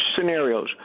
scenarios